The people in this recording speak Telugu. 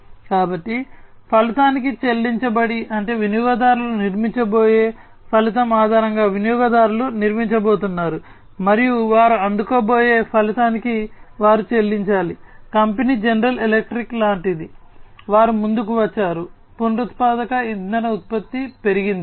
కాబట్టి ఫలితానికి చెల్లించండి అంటే వినియోగదారులు నిర్మించబోయే ఫలితం ఆధారంగా వినియోగదారులు నిర్మించబోతున్నారు మరియు వారు అందుకోబోయే ఫలితానికి వారు చెల్లించాలి కంపెనీ జనరల్ ఎలక్ట్రిక్ లాంటిది వారు ముందుకు వచ్చారు పునరుత్పాదక ఇంధన ఉత్పత్తి పెరిగింది